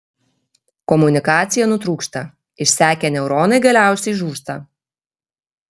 komunikacija nutrūksta išsekę neuronai galiausiai žūsta